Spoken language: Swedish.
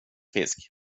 fisk